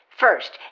First